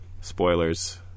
spoilers